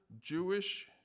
Jewish